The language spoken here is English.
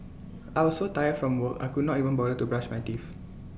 I was so tired from work I could not even bother to brush my teeth